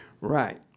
Right